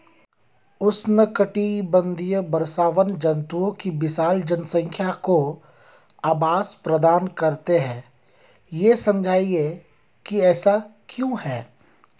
उष्णकटिबंधीय वर्षावन जंतुओं की विशाल जनसंख्या को आवास प्रदान करते हैं यह समझाइए कि ऐसा क्यों है?